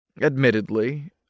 Admittedly